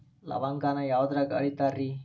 ಲವಂಗಾನ ಯಾವುದ್ರಾಗ ಅಳಿತಾರ್ ರೇ?